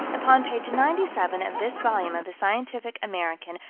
upon page ninety seven of this volume of the scientific american,